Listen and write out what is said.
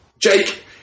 Jake